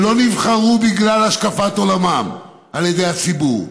שלא נבחרו בגלל השקפת עולמם על ידי הציבור,